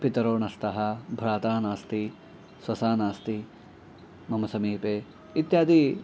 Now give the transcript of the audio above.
पितरौ न स्तः भ्राता नास्ति स्वसा नास्ति मम समीपे इत्यादि